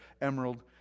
emerald